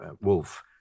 Wolf